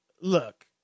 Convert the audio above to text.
look